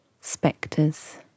spectres